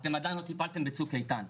אתם עדיין לא טיפלתם בצוק איתן,